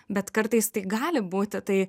bet kartais tai gali būti tai